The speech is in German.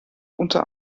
unter